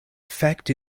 effect